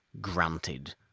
granted